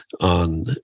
on